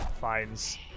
finds